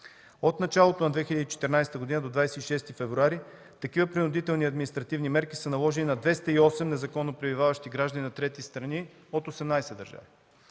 От началото на 2014 г. до 26 февруари такива принудителни административни мерки са наложени на 208 незаконно пребиваващи граждани на трети страни от 18 държави.